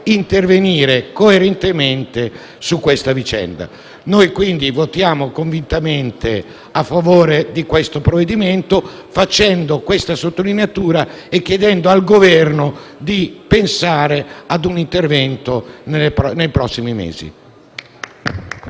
intervenire coerentemente nella vicenda. Votiamo quindi convintamente a favore del provvedimento in esame, facendo questa sottolineatura e chiedendo al Governo di pensare a un intervento nei prossimi mesi.